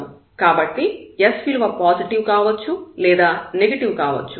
కాబట్టి s విలువ positive కావచ్చు లేదా నెగటివ్ కావచ్చు